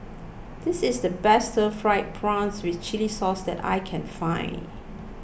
this is the best Stir Fried Prawns with Chili Sauce that I can find